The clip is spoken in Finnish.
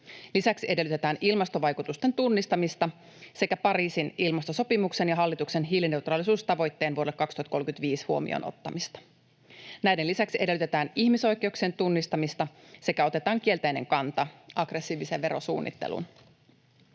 Lisäksi edellytetään ilmastovaikutusten tunnistamista sekä Pariisin ilmastosopimuksen ja hallituksen hiilineutraalisuustavoitteen vuodelle 2035 huomioon ottamista. Näiden lisäksi edellytetään ihmisoikeuksien tunnistamista sekä otetaan kielteinen kanta aggressiiviseen verosuunnitteluun.